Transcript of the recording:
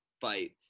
fight